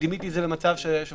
דימיתי את זה למצב היושב-ראש,